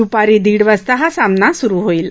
द्रपारी दीड वाजता हा सामना सुरु होईल